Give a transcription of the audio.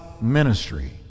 ministry